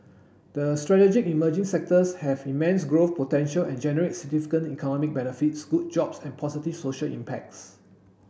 the strategic emerging sectors have immense growth potential and generate significant economic benefits good jobs and positive social impact